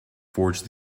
forged